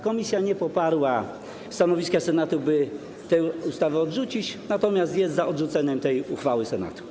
Komisja nie poparła stanowiska Senatu, by tę ustawę odrzucić, natomiast jest za odrzuceniem uchwały Senatu.